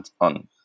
on